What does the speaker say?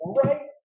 right